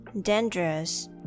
dangerous